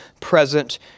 present